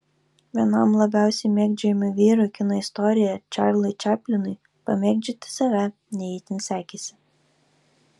vienam labiausiai mėgdžiojamų vyrų kino istorijoje čarliui čaplinui pamėgdžioti save ne itin sekėsi